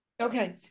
Okay